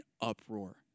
uproar